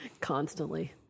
constantly